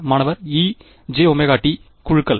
மாணவர் ejωt குழுக்கள்